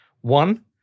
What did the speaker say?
one